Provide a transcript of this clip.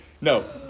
No